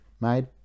Made